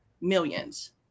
millions